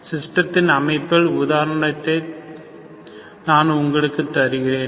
சிஸ்டத்தின் அமைப்பில் உதாரணத்தை நான் உங்களுக்கு தருகிறேன்